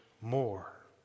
more